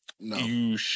No